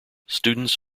students